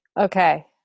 Okay